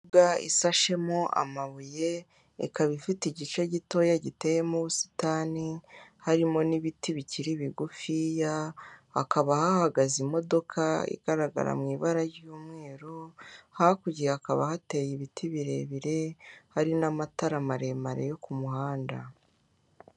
Imbuga isashe mo amabuye ikaba ifite igice gitoya giteye mu ubusitani harimo n'ibiti bikiri bigufiya ,hakaba hahagaze imodoka igaragara mu ibara ry'umweru hakurya hakaba hateye ibiti birebire hari n'amatara maremare yo ku muhanda.